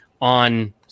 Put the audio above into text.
on